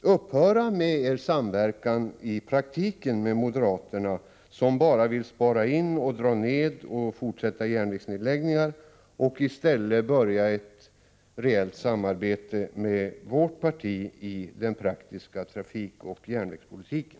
upphöra med er samverkan i praktiken med moderaterna, som bara vill spara in och fortsätta med järnvägsnedläggningar, och i stället börja ett rejält samarbete med vårt parti i den praktiska järnvägsoch trafikpolitiken?